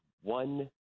one